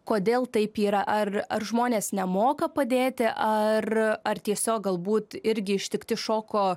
kodėl taip yra ar ar žmonės nemoka padėti ar ar tiesiog galbūt irgi ištikti šoko